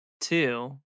two